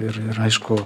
ir ir aišku